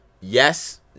Yes